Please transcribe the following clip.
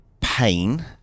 pain